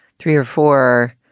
three or four,